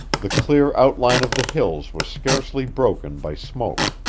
the clear outline of the hills was scarcely broken by smoke.